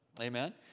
Amen